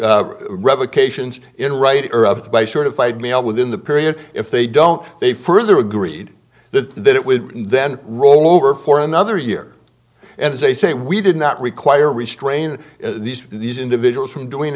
played mail within the period if they don't they further agreed the that it would then roll over for another year and as they say we did not require restrain these these individuals from doing